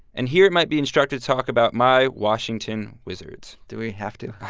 and here it might be instructive to talk about my washington wizards do we have to?